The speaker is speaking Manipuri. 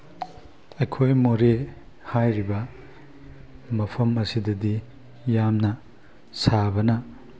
ꯑꯩꯈꯣꯏ ꯃꯣꯔꯦ ꯍꯥꯏꯔꯤꯕ ꯃꯐꯝ ꯑꯁꯤꯗꯗꯤ ꯌꯥꯝꯅ ꯁꯥꯕꯅ